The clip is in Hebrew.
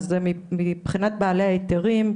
מבחינת בעלי ההיתרים,